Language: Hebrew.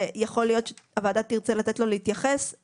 יכול להיות שהוועדה תרצה לתת לו להתייחס.